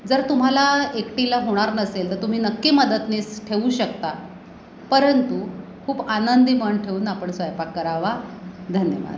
जर तुम्हाला एकटीला होणार नसेल तर तुम्ही नक्की मदतनीस ठेवू शकता परंतु खूप आनंदी मन ठेवून आपण स्वयंंपाक करावा धन्यवाद